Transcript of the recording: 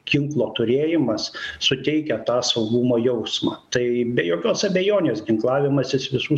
ginklo turėjimas suteikia tą saugumo jausmą tai be jokios abejonės ginklavimasis visų